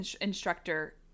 instructor